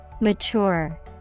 Mature